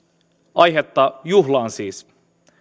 aihetta juhlaan siis